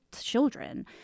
children